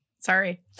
Sorry